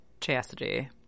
Chastity